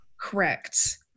Correct